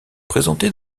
présentés